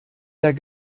der